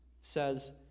says